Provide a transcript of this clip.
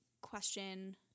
question